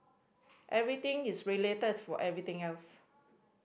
everything is related to everything else